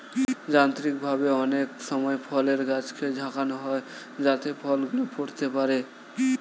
যান্ত্রিকভাবে অনেক সময় ফলের গাছকে ঝাঁকানো হয় যাতে ফল গুলো পড়তে পারে